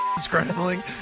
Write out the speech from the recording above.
scrambling